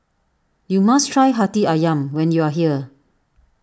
you must try Hati Ayam when you are here